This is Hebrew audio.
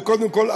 וקודם כול,